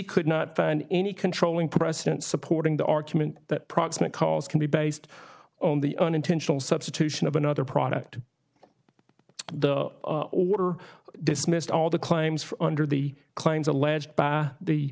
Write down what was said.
could not find any controlling precedent supporting the argument that proximate cause can be based on the unintentional substitution of another product the dismissed all the claims under the claims alleged by the